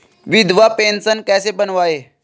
विधवा पेंशन कैसे बनवायें?